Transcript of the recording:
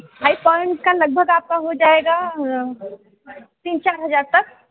five pound का लगभग आपका हो जाएगा तीन चार हज़ार तक